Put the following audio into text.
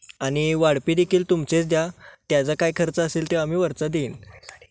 आणि वाढपी देखील तुमचेच द्या त्याचा काय खर्च असेल तो आम्ही वरचा देईन